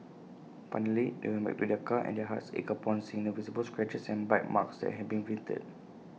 finally they went back to their car and their hearts ached upon seeing the visible scratches and bite marks that had been inflicted